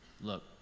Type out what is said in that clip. look